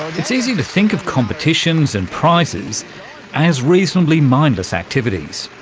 it's easy to think of competitions and prizes as reasonably mindless activities.